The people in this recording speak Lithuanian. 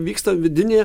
vyksta vidinė